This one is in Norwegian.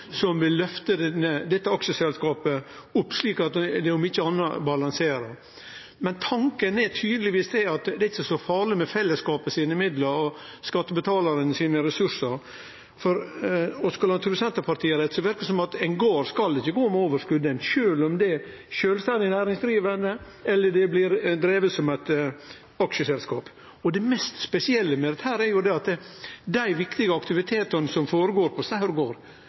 som vil løfte dette aksjeselskapet opp, slik at det om ikkje anna balanserer. Men tanken er tydelegvis at det ikkje er så farleg med fellesskapet sine midlar og skattebetalarane sine ressursar, og skal ein tru Senterpartiet, verkar det som at ein gard ikkje skal gå med overskot, sjølv om det blir drive som eit aksjeselskap eller av sjølvstendig næringsdrivande. Det mest spesielle med dette er at dei viktige aktivitetane som føregår på